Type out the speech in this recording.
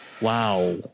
Wow